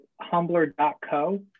humbler.co